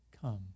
Come